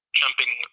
jumping